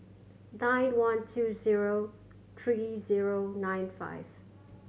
nine one two zero three zero nine five